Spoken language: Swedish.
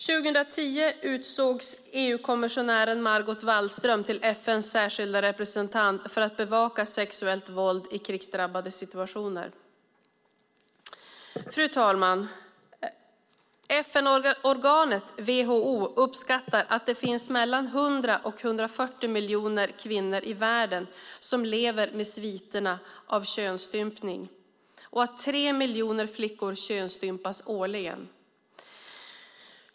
År 2010 utsågs EU-kommissionären Margot Wallström till FN:s särskilda representant för att bevaka sexuellt våld i krigsdrabbade situationer. Fru talman! FN-organet WHO uppskattar att det finns mellan 100 och 140 miljoner kvinnor i världen som lever med sviterna av könsstympning och att tre miljoner flickor könsstympas årligen.